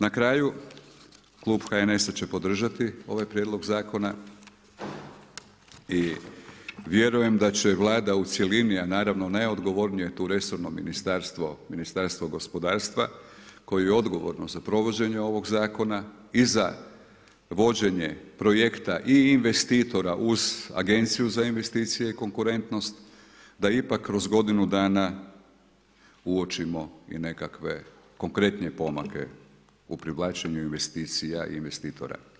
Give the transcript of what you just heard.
Na kraju klub HNS-a će podržati ovaj prijedlog zakona i vjerujem da će Vlada u cjelini a naravno najodgovornije je tu resorno ministarstvo, Ministarstvo gospodarstva koja je odgovorno za provođenje ovog zakona i za vođenje projekta i investitora uz Agenciju za investicije i konkurentnost da ipak kroz godinu dana uočimo i nekakve konkretnije pomake u privlačenju investicija i investitora.